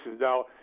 Now